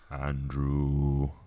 Andrew